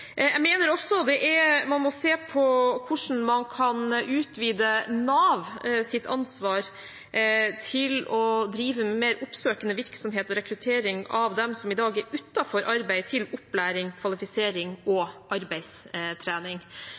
Jeg mener også at man må se på hvordan man kan utvide Navs ansvar til å drive med mer oppsøkende virksomhet og rekruttering av dem som i dag står utenfor arbeid – til opplæring, kvalifisering og arbeidstrening.